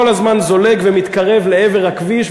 כל הזמן זולג ומתקרב לעבר הכביש,